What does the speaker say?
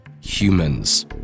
Humans